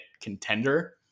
contender